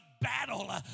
battle